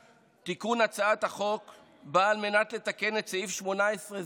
התיקון בהצעת החוק בא על מנת לתקן את סעיף 18(ז)